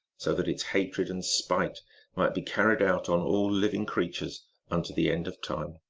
so that its hatred and spite might be carried out on all living creatures unto the end of time.